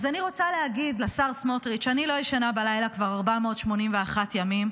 אז אני רוצה להגיד לשר סמוטריץ' שאני לא ישנה בלילה כבר 481 ימים,